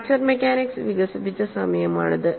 fracture mechanics വികസിപ്പിച്ച സമയമാണിത്